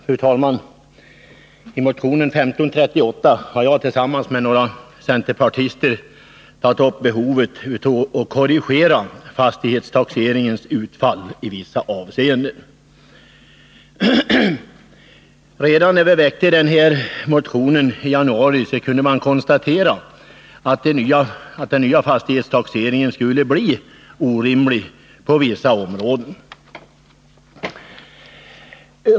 Fru talman! I motionen 1538 har jag tillsammans med några andra centerpartister tagit upp behovet av att korrigera fastighetstaxeringens utfall i vissa avseenden. Redan när vi väckte motionen i januari kunde man konstatera att den nya fastighetstaxeringen skulle bli orimlig på vissa områden.